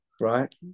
right